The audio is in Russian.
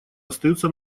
остаются